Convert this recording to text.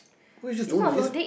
why just you don't obvious